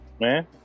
man